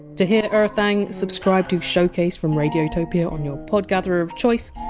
to hear errthang, subscribe to showcase from radiotopia on your podgatherer of choice,